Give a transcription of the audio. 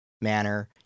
manner